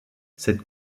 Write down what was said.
cette